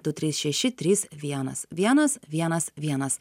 du trys šeši trys vienas vienas vienas vienas